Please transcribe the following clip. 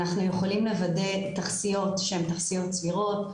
אנחנו יכולים לוודא תכסיות שהן תכסיות סבירות.